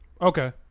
Okay